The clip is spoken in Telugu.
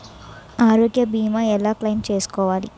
ఆరోగ్య భీమా ఎలా క్లైమ్ చేసుకోవాలి?